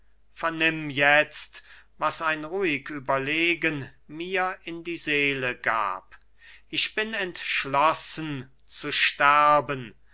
vernimm jetzt was ein ruhig ueberlegen mir in die seele gab ich bin entschlossen zu sterben